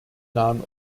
nahen